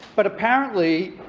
but apparently,